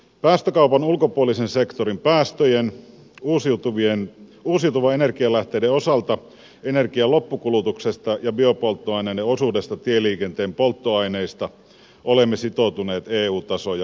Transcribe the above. päästökaupan ulkopuolisen sektorin päästöjen osalta uusiutuvien energialähteiden osalta energian loppukulutuksesta ja biopolttoaineiden osuudessa tieliikenteen polttoaineista olemme sitoutuneet eu tasoja tiukempiin tavoitteisiin